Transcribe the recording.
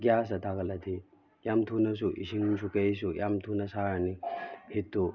ꯒꯤꯌꯥꯁꯇ ꯊꯥꯒꯠꯂꯗꯤ ꯌꯥꯝ ꯊꯨꯅ ꯏꯁꯤꯡꯁꯨ ꯀꯩꯁꯨ ꯌꯥꯝ ꯊꯨꯅ ꯁꯥꯔꯅꯤ ꯍꯤꯠꯇꯨ